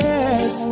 Yes